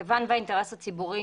מכיוון שהאינטרס הציבורי